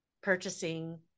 purchasing